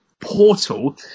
portal